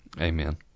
Amen